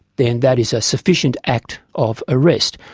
then that is a sufficient act of arrest.